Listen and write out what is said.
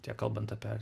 tiek kalbant apie ar